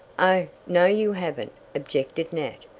oh, no you haven't, objected nat.